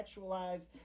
sexualized